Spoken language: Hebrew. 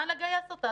נא לגייס אותה,